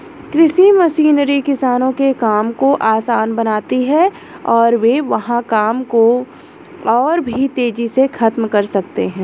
कृषि मशीनरी किसानों के काम को आसान बनाती है और वे वहां काम को और भी तेजी से खत्म कर सकते हैं